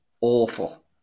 Awful